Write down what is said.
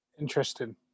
Interesting